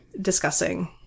discussing